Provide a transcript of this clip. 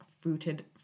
fruited